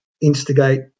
instigate